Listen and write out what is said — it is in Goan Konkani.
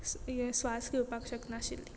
हें स्वास घेवपाक शकनाशिल्ली